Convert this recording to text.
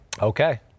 Okay